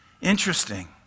Interesting